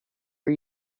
for